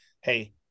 Hey